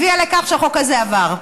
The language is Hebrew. הביאה לכך שהחוק הזה עבר.